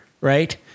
right